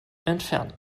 entfernen